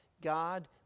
God